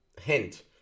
hint